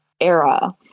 era